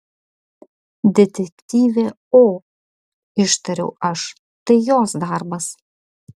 detektyvė o ištariau aš tai jos darbas